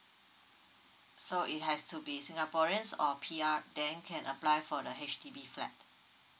so it has to be singaporeans or P_R then can apply for the H_D_B flat